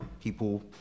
people